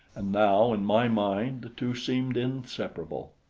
and now in my mind the two seemed inseparable.